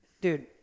Dude